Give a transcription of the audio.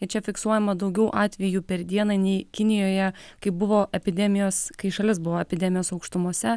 ir čia fiksuojama daugiau atvejų per dieną nei kinijoje kai buvo epidemijos kai šalis buvo epidemijos aukštumose